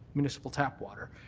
municipal tap water,